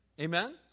Amen